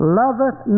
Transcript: loveth